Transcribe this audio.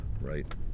right